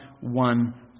one